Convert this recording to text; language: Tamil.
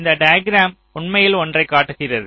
இந்த டயகீராம் உண்மையில் ஒன்றை காட்டுகிறது